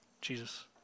Jesus